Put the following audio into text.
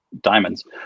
diamonds